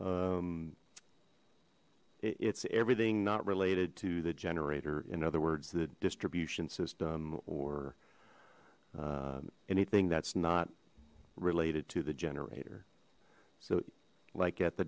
music it's everything not related to the generator in other words the distribution system or anything that's not related to the generator so like at the